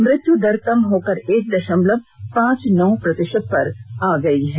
मृत्यु दर कम होकर एक दशमलव पांच नौ प्रतिशत पर आ गई है